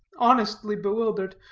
honestly bewildered,